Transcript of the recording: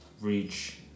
reach